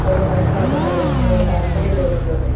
അവർ മനസ്സിലാക്കുന്ന അവർ അതിനോട് താല്പര്യം തോന്നുന്നതൊക്കെ